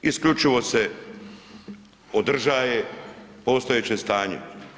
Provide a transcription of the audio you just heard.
Isključivo se održaje postojeće stanje.